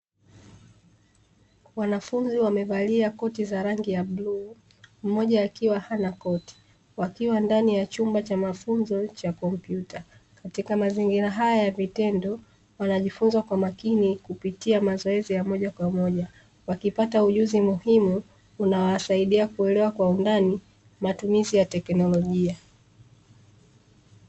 Wanafunzi wamevalia koti za rangi ya bluu, mmoja akiwa hana koti, wakiwa ndani ya chumba cha mafunzo cha kompyuta. Katika mazingira haya ya vitendo, wanajifunza kwa makini kupitia mazoezi ya moja kwa moja, wakipata ujuzi muhimu unaowasaidia kuelewa kwa undani matumizi ya teknolojia.